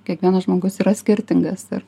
kiekvienas žmogus yra skirtingas ir